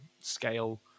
scale